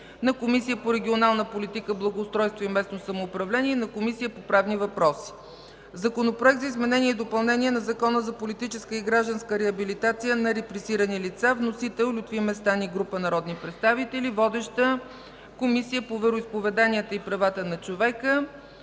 на Комисията по регионална политика, благоустройство и местно самоуправление и на Комисията по правни въпроси. Законопроект за изменение и допълнение на Закона за политическа и гражданска реабилитация на репресирани лица. Вносители – Лютви Местан и група народни представители. Водеща е Комисията по вероизповеданията и правата на човека.